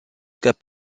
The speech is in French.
cas